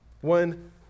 one